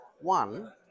One